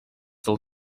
del